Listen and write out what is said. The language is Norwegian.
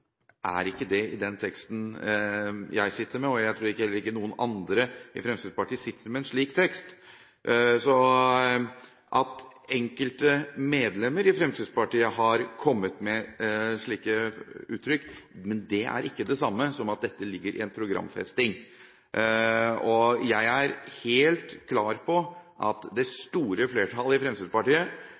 står ikke det i den teksten jeg sitter med, og jeg tror heller ikke noen andre i Fremskrittspartiet sitter med en slik tekst. At enkelte medlemmer i Fremskrittspartiet har kommet med slike utsagn, er ikke det samme som at dette ligger programfestet. Jeg er helt klar på at det store flertallet i Fremskrittspartiet